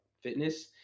fitness